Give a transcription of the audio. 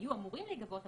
היו אמורים להיגבות,